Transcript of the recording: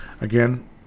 Again